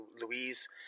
Louise